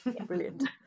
brilliant